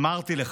אמרתי לך: